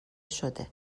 شده